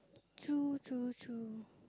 true true true